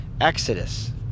exodus